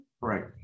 Right